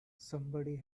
somebody